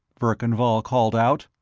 verkan vall called out.